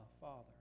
Father